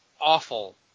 awful